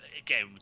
again